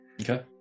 okay